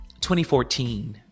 2014